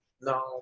No